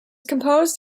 composed